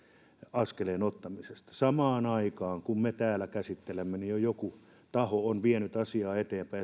tekoälyaskeleen ottamisesta samaan aikaan kun me täällä käsittelemme jo joku taho on vienyt asiaa eteenpäin